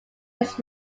its